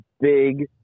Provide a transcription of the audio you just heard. big